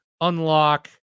unlock